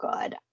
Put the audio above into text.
good